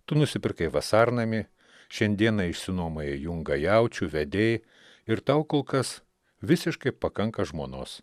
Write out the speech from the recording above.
tu nusipirkai vasarnamį šiandieną išsinuomojai jungą jaučių vedei ir tau kol kas visiškai pakanka žmonos